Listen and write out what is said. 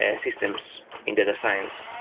ah systems in data science.